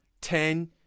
ten